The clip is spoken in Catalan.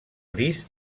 gris